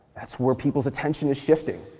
that's where people's attention is shifting,